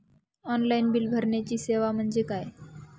Online bill भरण्याची सेवा म्हणजे काय?